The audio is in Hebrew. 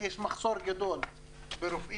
כי יש מחסור גדול ברופאים.